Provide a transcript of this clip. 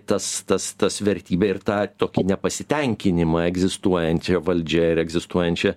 tas tas tas vertybes ir tą tokį nepasitenkinimą egzistuojančia valdžia ir egzistuojančia